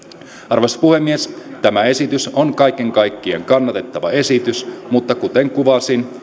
arvoisa puhemies tämä esitys on kaiken kaikkiaan kannatettava esitys mutta kuten kuvasin